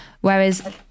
Whereas